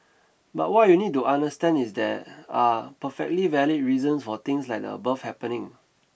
but what you need to understand is there are perfectly valid reasons for things like the above happening